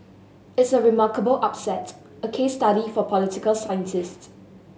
it's a remarkable upset a case study for political scientists